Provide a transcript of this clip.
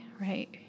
right